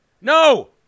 no